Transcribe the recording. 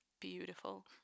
beautiful